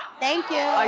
thank you.